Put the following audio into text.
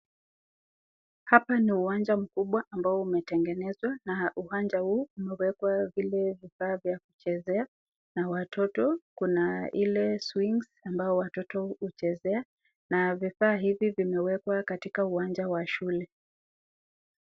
Hapa ni uwanja mkubwa ambao umetegenezwa na uwanja huu umewekwa vile vifaa vya kuchezea na watoto. Kuna ile swings ambao watoto huchezea na vifaa hivi vimewekwa katika uwanja wa shule.